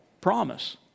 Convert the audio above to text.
promise